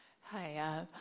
Hi